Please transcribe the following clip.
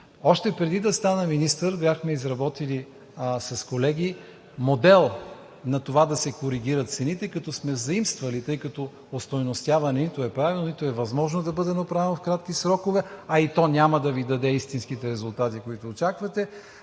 Още преди да стана министър, бяхме изработили с колеги модел на това да се коригират цените, като сме заимствали, тъй като остойностяване нито е правено, нито е възможно да бъде направено в кратки срокове, а и то няма да Ви даде истинските резултати, които очаквате,